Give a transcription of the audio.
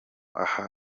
aha